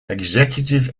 executive